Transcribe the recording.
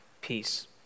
peace